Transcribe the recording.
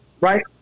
right